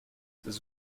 these